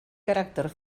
caràcter